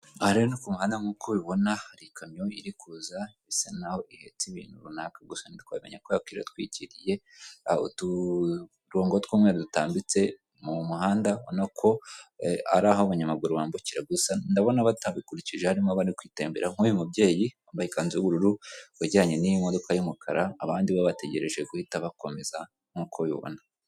Aha rero no ku muhanda nk'uko ubibona hari ikamyo iri kuza bisa n'aho ihetse ibintu runaka gusa ntitwabimenya kubera ko iratwikiriye, aho uturongo tw'umweru dutambitse mu muhanda ubona ko ari aho abanyamaguru bambukira, gusa ndabona batabikurikije harimo abatembera, nk'uyu mubyeyi bambaye ikanzu y'ubururu wegeranye n'iyi modoka y'umukara, abandi bo bategereje guhita bakomeza nk'uko babibona.